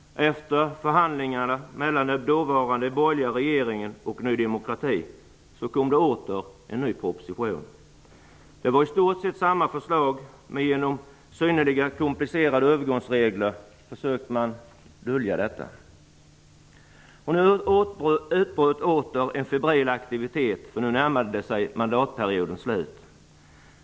Efter förhandlingarna mellan den dåvarande borgerliga regeringen och Ny demokrati kom det åter en ny proposition. Det var i stort sett samma förslag, men genom synnerligen komplicerade övergångsregler försökte man dölja detta. Nu utbröt åter en febril aktivitet för nu närmade sig mandatperiodens slut.